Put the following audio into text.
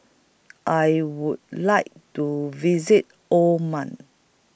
I Would like to visit Oman